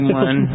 one